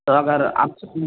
تو اگر آپ سے پو